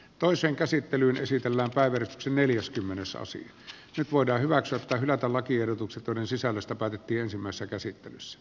toiseen käsittelyyn esitellään päiväretki neljäskymmenesosiin nyt voidaan hyväksyä tai hylätä lakiehdotukset joiden sisällöstä päätettiinsimmässä käsittelyssä